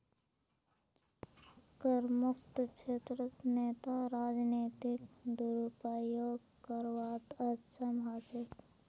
करमुक्त क्षेत्रत नेता राजनीतिक दुरुपयोग करवात अक्षम ह छेक